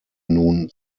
nun